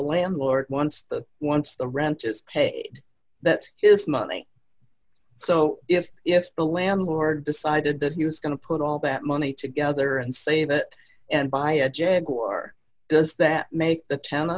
landlord once once the rent is hey that's his money so if if the landlord decided that he was going to put all that money together and say that and buy a jaguar does that make the